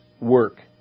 work